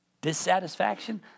dissatisfaction